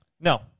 No